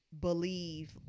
believe